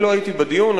אני לא הייתי בדיון,